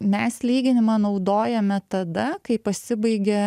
mes lyginimą naudojame tada kai pasibaigia